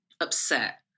upset